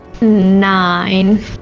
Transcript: Nine